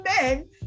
men